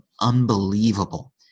unbelievable